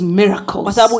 miracles